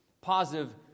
positive